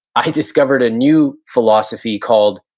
i discovered a new philosophy called,